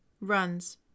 runs